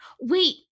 Wait